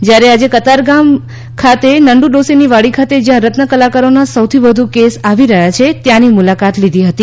જ્યારે આજે કતારગામ નંદુ ડોશીની વાડી ખાતે જ્યાં રત્નકલાકારોના સૌથી વધુ કેસ આવી રહ્યા છે ત્યાંની મુલાકાત લીધી હતી